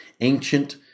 Ancient